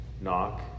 Knock